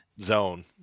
zone